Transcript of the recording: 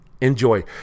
enjoy